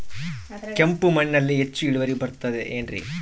ಕೆಂಪು ಮಣ್ಣಲ್ಲಿ ಹೆಚ್ಚು ಇಳುವರಿ ಬರುತ್ತದೆ ಏನ್ರಿ?